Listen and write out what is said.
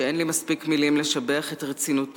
שאין לי מספיק מלים לשבח את רצינותו,